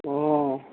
অঁ